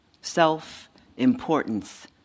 Self-importance